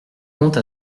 conte